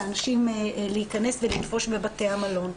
לאנשים להיכנס ולנפוש בבתי המלון.